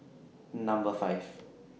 Number five